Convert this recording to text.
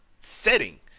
setting